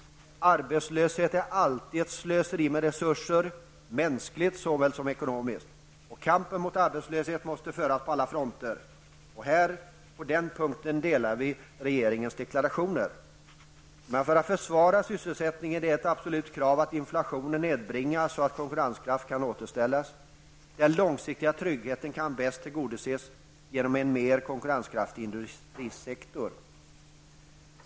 Arbetslöshet är alltid ett slöseri med resurser, mänskligt såväl som ekonomiskt. Kampen mot arbetslösheten måste föras på alla fronter. På den punkten instämmer vi i regeringens deklarationer. För att försvara sysselsättningen är det ett absolut krav att inflationen nedbringas så att konkurrenskraften återställs. Den långsiktiga tryggheten kan bäst tillgodoses genom en mer konkurrenskraftig industrisektor.